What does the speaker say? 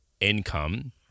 income